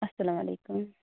اسلام علیکُم